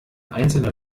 einzelne